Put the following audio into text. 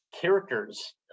characters